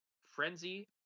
Frenzy